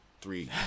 three